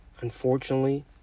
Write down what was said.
Unfortunately